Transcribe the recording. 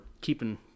keeping –